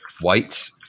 white